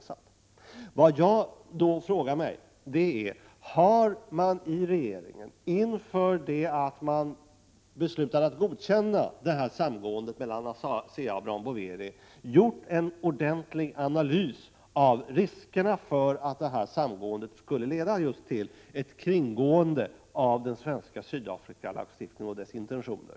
1987/88:33 Vad jag frågar mig är: Har man i regeringen innan man beslutade att 27 november 1987 godkänna samgåendet mellan ASEA och Brown Boveri gjort en ordentlig Om betydelsen i visst analys av riskerna för att samgåendet skulle kunna leda till just ett KS 0 ES kringgående av den svenska Sydafrikalagstiftningen och dess intentioner?